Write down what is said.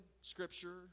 Scripture